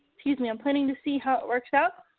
excuse me, i'm planning to see how it works out.